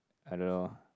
I don't know